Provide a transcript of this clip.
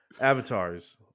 Avatars